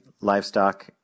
livestock